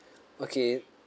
okay